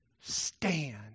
stand